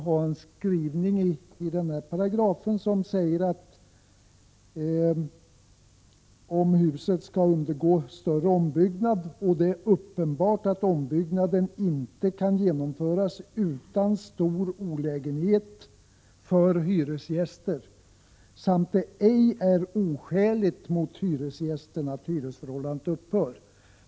”huset skall undergå större ombyggnad och det är uppenbart att ombyggnaden inte kan genomföras utan stor olägenhet för hyresgäster samt det ej är oskäligt mot hyresgästen att hyresförhållandet upphör, ”.